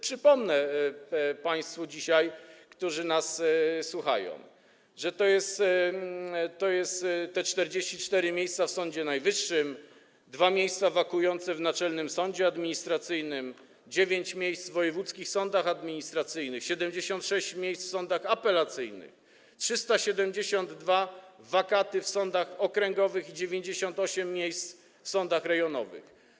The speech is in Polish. Przypomnę dzisiaj państwu, którzy nas słuchają, że są 44 miejsca w Sądzie Najwyższym, dwa miejsca wakujące w Naczelnym Sądzie Administracyjnym, dziewięć miejsc w wojewódzkich sądach administracyjnych, 76 miejsc w sądach apelacyjnych, 372 wakaty w sądach okręgowych i 98 miejsc w sądach rejonowych.